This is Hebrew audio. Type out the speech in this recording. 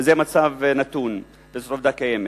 זה מצב נתון, זו עובדה קיימת.